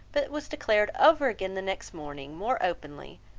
but was declared over again the next morning more openly,